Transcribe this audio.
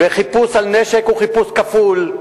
וחיפוש של נשק הוא חיפוש כפול,